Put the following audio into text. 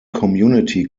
community